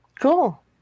Cool